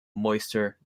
moisture